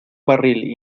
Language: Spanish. barril